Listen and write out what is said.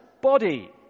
body